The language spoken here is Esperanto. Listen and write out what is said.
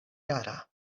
jara